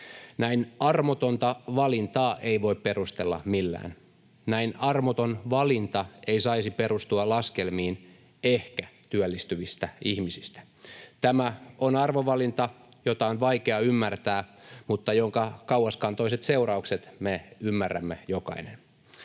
Näin armotonta valintaa ei voi perustella millään. Näin armoton valinta ei saisi perustua laskelmiin ehkä työllistyvistä ihmisistä. Tämä on arvovalinta, jota on vaikea ymmärtää, mutta jonka kauaskantoiset seuraukset me ymmärrämme jokainen.